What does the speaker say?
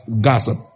gossip